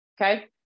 Okay